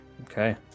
Okay